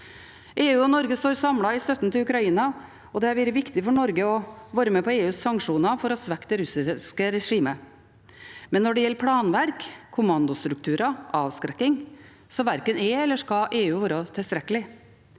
EU og Norge står samlet i støtten til Ukraina, og det har vært viktig for Norge å være med på EUs sanksjoner for å svekke det russiske regimet, men når det gjelder planverk, kommandostrukturer og avskrekking, verken er eller skal EU være tilstrekkelig.